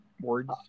words